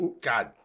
God